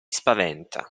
spaventa